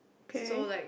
okay